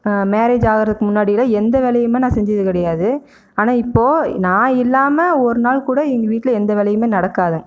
marriage ஆகுறதுக்கு முன்னாடிலாம் எந்த வேலையுமே நான் செஞ்சது கிடையாது ஆனால் இப்போ நான் இல்லாமல் ஒரு நாள் கூட எங்கள் வீட்டில் எந்த வேலையுமே நடக்காது